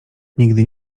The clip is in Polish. nigdy